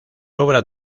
obra